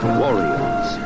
warriors